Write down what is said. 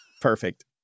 Perfect